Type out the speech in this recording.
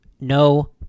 No